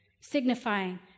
signifying